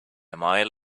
mile